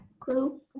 clue